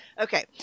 Okay